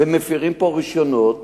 ומפירים פה רשיונות